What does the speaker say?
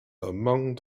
among